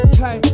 hey